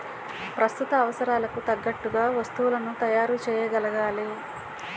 ప్రస్తుత అవసరాలకు తగ్గట్టుగా వస్తువులను తయారు చేయగలగాలి